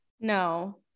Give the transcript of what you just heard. No